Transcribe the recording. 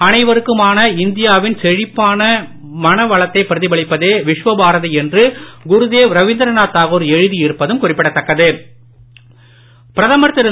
அனைவருக்குமானஇந்தியாவின்செழிப்பானமணவளத்தைபிரதிபலிப்பதே விஸ்வபாரதிஎன்றுகுருதேவ்ரவிந்தரநாத்தாகூர்எழுதியிருப்பதும்குறிப்பிட த்தக்கது பிஎம் கிஸான் பிரதமர்திரு